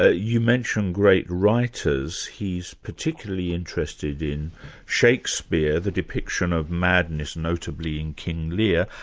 ah you mentioned great writers. he's particularly interested in shakespeare the depiction of madness notably in king lear,